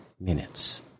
minutes